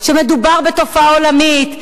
שמדובר בתופעה עולמית,